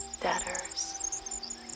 debtors